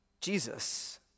Jesus